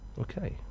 okay